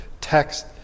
text